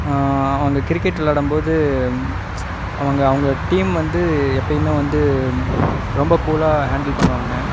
அவங்க கிரிக்கெட் விளாடும்போது அவங்க அவங்க டீம் வந்து எப்பயும் வந்து ரொம்ப கூலாக ஹாண்டில் பண்ணுவாங்க